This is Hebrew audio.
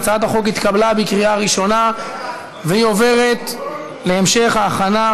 הצעת החוק התקבלה בקריאה ראשונה ומועברת להמשך ההכנה,